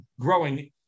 growing